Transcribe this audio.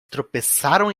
tropeçaram